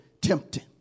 tempting